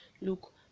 look